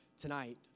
tonight